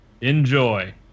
Enjoy